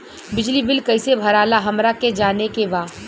बिजली बिल कईसे भराला हमरा के जाने के बा?